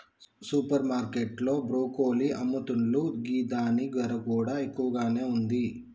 super market లో broccoli అమ్ముతున్లు గిదాని ధర కూడా ఎక్కువగానే ఉంది